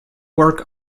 work